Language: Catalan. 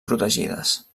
protegides